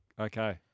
Okay